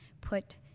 put